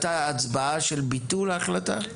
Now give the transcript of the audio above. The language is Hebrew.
הייתה הצבעה של ביטול ההחלטה?